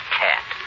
cat